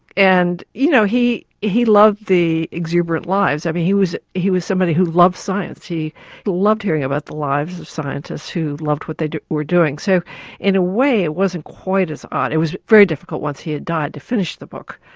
and you know he he loved the exuberant lives. but he was he was somebody who loved science he loved hearing about the lives of scientists who loved what they were doing. so in a way it wasn't quite as odd, it was very difficult once he had died to finish the book.